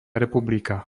republika